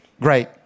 great